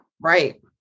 Right